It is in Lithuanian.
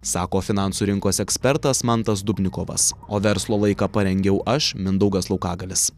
sako finansų rinkos ekspertas mantas dubnikovas o verslo laiką parengiau aš mindaugas laukagalis